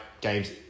games